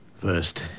First